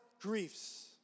griefs